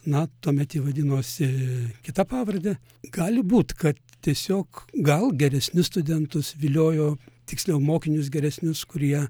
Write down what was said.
na tuomet ji vadinosi kita pavarde gali būt kad tiesiog gal geresnius studentus viliojo tiksliau mokinius geresnius kurie